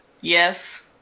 Yes